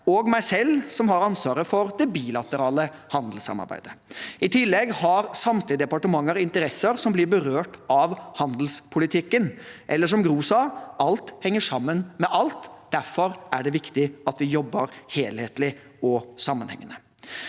og meg selv, som har ansvaret for det bilaterale handelssamarbeidet. I tillegg har samtlige departementer interesser som blir berørt av handelspolitikken, eller som Gro sa: «Alt henger sammen med alt.» Derfor er det viktig at vi jobber helhetlig og sammenhengende.